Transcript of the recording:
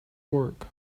work